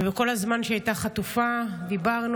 ובכל הזמן שהיא הייתה חטופה דיברנו,